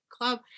club